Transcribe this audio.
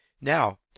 Now